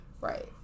Right